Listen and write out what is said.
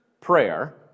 prayer